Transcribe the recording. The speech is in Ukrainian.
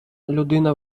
людина